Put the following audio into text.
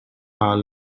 are